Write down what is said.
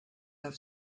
have